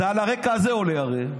זה הרי עולה על הרקע הזה,